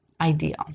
ideal